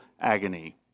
agony